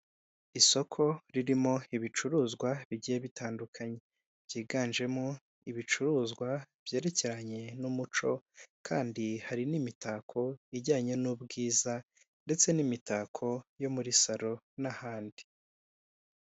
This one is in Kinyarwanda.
Isoko ririmo ibicuruzwa bigiye bitandukanye, byiganjemo ibicuruzwa byerekeranye n'umuco kandi hari n'imitako ijyanye n'ubwiza ndetse n'imitako yo muri salo n'ahandi.